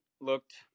looked